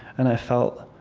and i felt,